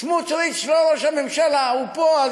סמוטריץ לא ראש הממשלה, הוא פה.